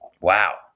Wow